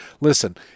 Listen